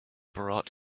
brought